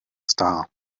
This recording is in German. star